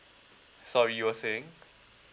sorry you were saying